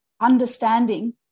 understanding